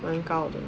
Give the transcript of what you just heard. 蛮高的